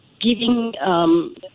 giving